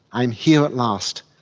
i'm here at last.